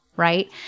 Right